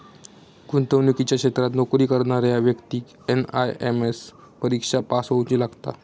गुंतवणुकीच्या क्षेत्रात नोकरी करणाऱ्या व्यक्तिक एन.आय.एस.एम परिक्षा पास होउची लागता